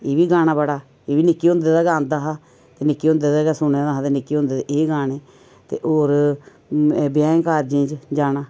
एह् बी गाना बड़ा एह् बी निक्के हुंदे दा गै आंदा होंदा हा ते निक्के हुंदे दा गै सुने दा हा ते निक्के हुंदे एह् गाने ते होर ब्याहें कारजें च जाना